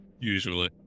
Usually